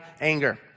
anger